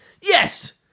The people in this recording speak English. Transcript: Yes